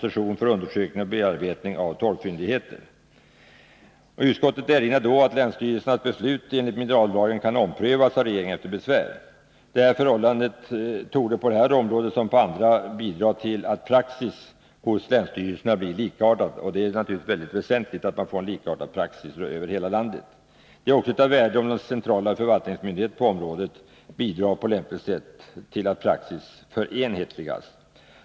Utskottet erinrar då om att länsstyrelsernas beslut enligt minerallagen kan omprövas av regeringen efter besvär. Detta förhållande torde på detta område, som på andra, bidra till att praxis hos länsstyrelserna blir likartad. Och det är naturligtvis väsentligt att vi får en likartad praxis över hela landet. Det är också av värde, om den centrala förvaltningsmyndigheten på området på lämpligt sätt bidrar till att praxis förenhetligas.